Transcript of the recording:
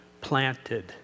planted